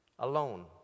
alone